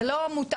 זה לא מותאם.